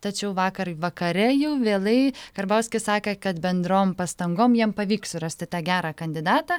tačiau vakar vakare jau vėlai karbauskis sakė kad bendrom pastangom jiems pavyks surasti tą gerą kandidatą